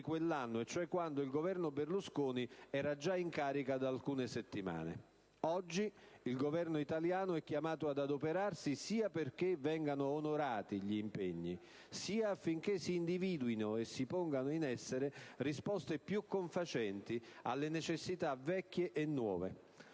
quell'anno, cioè quando il Governo Berlusconi era già in carica da alcune settimane. Oggi il Governo italiano è chiamato ad adoperarsi sia perché vengano onorati gli impegni sia affinché si individuino e si pongano in essere risposte più confacenti alle necessità vecchie e nuove.